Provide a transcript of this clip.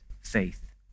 faith